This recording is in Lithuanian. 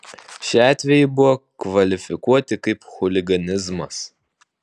šie atvejai buvo kvalifikuoti kaip chuliganizmas